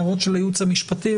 הערות של הייעוץ המשפטי,